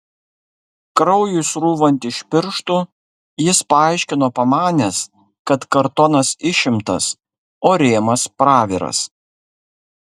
kraujui srūvant iš pirštų jis paaiškino pamanęs kad kartonas išimtas o rėmas praviras